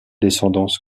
descendance